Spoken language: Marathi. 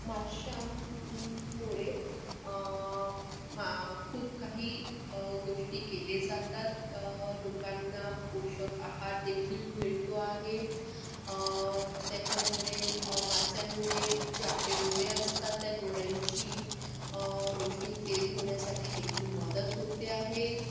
माशां मू मुळे मां खूप काही गोष्टी केले जातात लोकांना पोषक आहारदेखील मिळतो आहे त्याच्यामुळे माशांमुळे जे आपले डोळे असतात त्या डोळ्यांची रोशनी तेज होण्यासाठी देखील मदत होते आहे